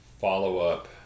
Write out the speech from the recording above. follow-up